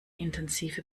intensive